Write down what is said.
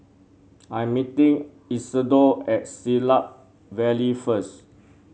I am meeting Isidore at Siglap Valley first